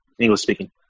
English-speaking